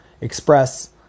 express